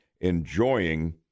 enjoying